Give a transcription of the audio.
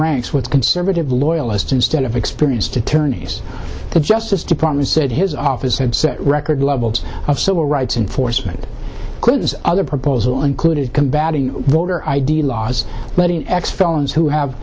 ranks with conservative loyalists instead of experienced attorneys the justice department said his office had set record levels of civil rights enforcement could this other proposal included combating voter id laws letting x felons who have